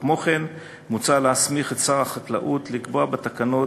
כמו כן מוצע להסמיך את שר החקלאות לקבוע בתקנות,